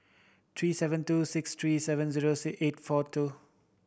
three seven two six three seven zero six eight four two